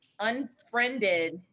Unfriended